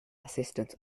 assistant